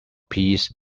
peas